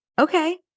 okay